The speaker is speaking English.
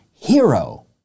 hero